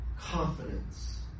confidence